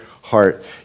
heart